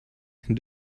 can